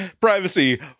Privacy